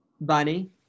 Bunny